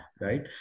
right